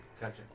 Gotcha